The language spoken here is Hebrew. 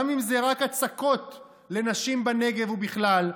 גם אם זה רק הצקות לנשים בנגב ובכלל,